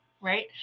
right